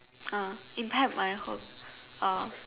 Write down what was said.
uh impact my whole uh